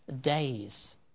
days